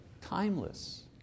Timeless